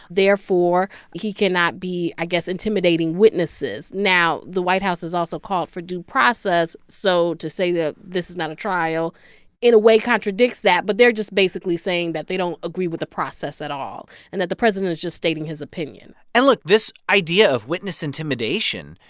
therefore he cannot be, i guess, intimidating witnesses. now, the white house has also called for due process, so to say that this is not a trial in a way contradicts that. but they're just basically saying that they don't agree with the process at all and that the president is just stating his opinion and look. this idea of witness intimidation,